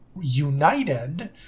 united